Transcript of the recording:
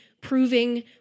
proving